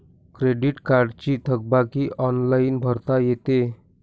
credit कार्डची थकबाकी online भरता येते